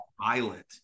violent